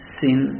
sin